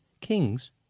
Kings